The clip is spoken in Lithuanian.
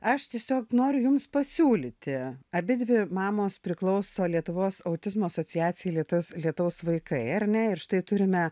aš tiesiog noriu jums pasiūlyti abidvi mamos priklauso lietuvos autizmo asociacijai lietaus vaikai ar ne ir štai turime